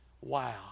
Wow